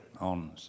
on